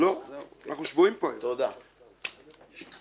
אני אתמול פונה לשר שטייניץ,